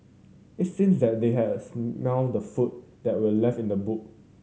it seemed that they had a smelt the food that were left in the boot